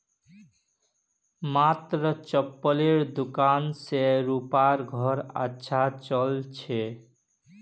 मात्र चप्पलेर दुकान स रूपार घर अच्छा चल छ